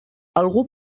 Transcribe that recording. algú